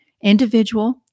individual